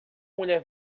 mulher